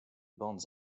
bandes